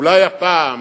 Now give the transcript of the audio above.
אולי הפעם